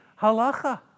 halacha